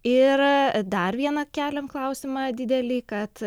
ir dar vieną keliam klausimą didelį kad